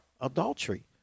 adultery